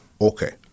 Okay